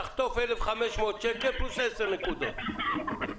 תחטוף 1,500 שקל פלוס עשר נקודות,